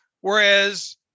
Whereas